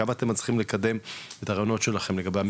כמה אתם מצליחים לקדם את הרעיונות שלכם לגבי המקצועיות,